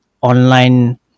online